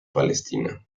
palestina